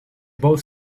both